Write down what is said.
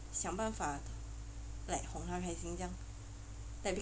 想办法哄他开心这样 like